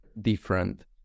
different